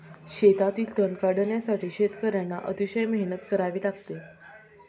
शेतातील तण काढण्यासाठी शेतकर्यांना अतिशय मेहनत करावी लागते